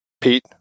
pete